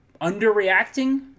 underreacting